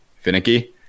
finicky